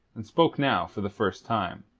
and spoke now for the first time.